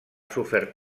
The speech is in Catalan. sofert